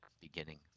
beginning